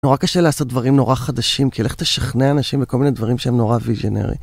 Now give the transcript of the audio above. נורא קשה לעשות דברים נורא חדשים כי הולכת לשכנע אנשים בכל מיני דברים שהם נורא visionary.